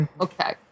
okay